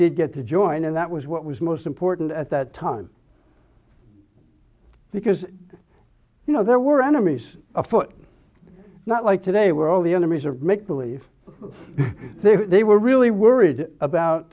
did get to join and that was what was most important at that time because you know there were enemies afoot not like today where all the enemies are make believe they they were really worried